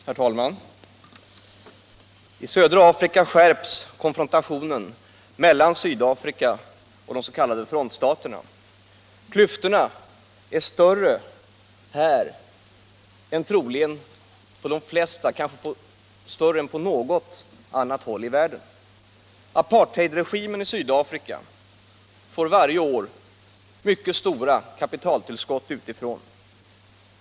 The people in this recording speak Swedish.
Herr talman! I södra Afrika skärps konfrontationen mellan Sydafrika och de s.k. frontstaterna. Klyftorna är större här än kanske på något annat håll i världen. Apartheidregimen i Sydafrika får varje år mycket stora kapitaltillskott utifrån.